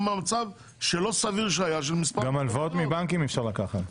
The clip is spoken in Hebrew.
גם הלוואות מבנקים אפשר לקחת.